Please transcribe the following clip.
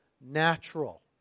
natural